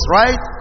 right